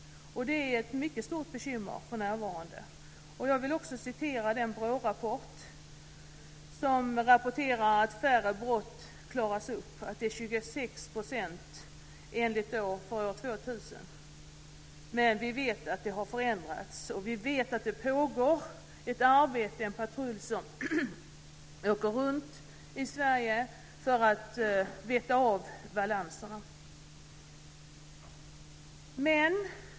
Detta är för närvarande ett mycket stort bekymmer. Av en BRÅ-rapport framgår det att färre brott klaras upp - 26 % för år 2000. Men vi vet att det har förändrats, och vi vet att det pågår ett arbete. En patrull åker runt i Sverige för att ta reda på balanserna.